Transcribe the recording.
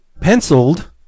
Penciled